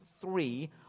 three